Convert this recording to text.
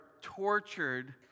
tortured